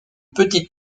petite